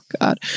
God